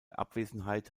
abwesenheit